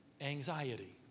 anxiety